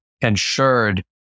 ensured